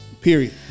Period